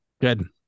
Good